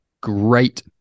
great